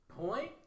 point